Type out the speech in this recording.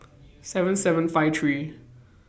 seven seven five three